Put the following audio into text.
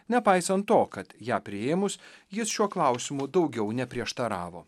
nepaisant to kad ją priėmus jis šiuo klausimu daugiau neprieštaravo